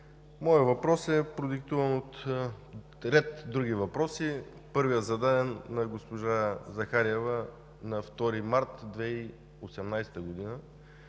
Въпросът ми е продиктуван от ред други въпроси. Първият е зададен на госпожа Захариева на 2 март 2018 г.